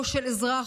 או של אזרח,